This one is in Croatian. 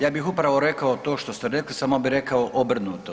Ja bih upravo rekao to što ste rekli samo bi rekao obrnuto.